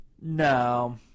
no